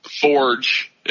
forge